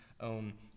own